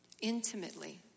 intimately